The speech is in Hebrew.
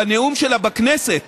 בנאום שלה בכנסת